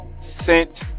sent